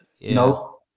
No